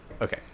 Okay